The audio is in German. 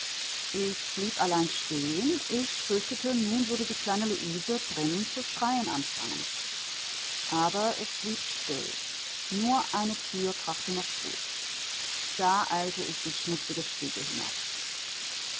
ich blieb allein stehen ich fürchtete nun würde die kleine luise drin zu schreien anfangen aber es blieb still nur eine tür krachte noch zu da eilte ich die schmutzige stiege